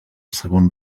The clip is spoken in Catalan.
segon